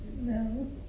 No